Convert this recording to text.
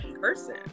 person